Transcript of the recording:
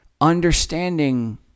understanding